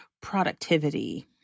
productivity